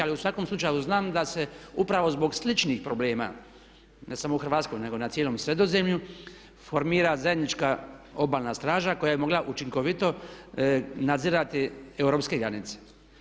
Ali u svakom slučaju, ali znam da se upravo zbog sličnih problema, ne samo u Hrvatskoj nego na cijelom Sredozemlju formira zajednička obalna straža koja je mogla učinkovito nadzirati europske granice.